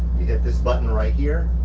you hit this button right here,